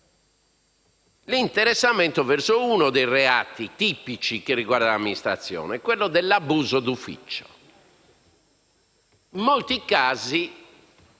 l'interessamento verso uno dei reati tipici relativi all'amministrazione, quello dell'abuso d'ufficio. In molti casi,